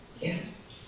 Yes